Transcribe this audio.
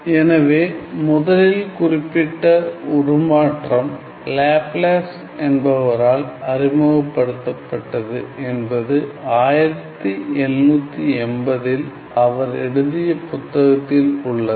எனவே முதலில் குறிப்பிட்ட உருமாற்றம் லேப்லாஸ் என்பவரால் அறிமுகப்படுத்தப்பட்டது என்பது 1780 இல் அவர் எழுதிய புத்தகத்தில் உள்ளது